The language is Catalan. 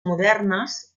modernes